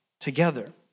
together